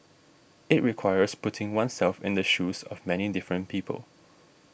it requires putting oneself in the shoes of many different people